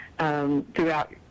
Throughout